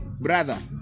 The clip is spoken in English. brother